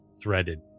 threaded